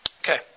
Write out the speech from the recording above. Okay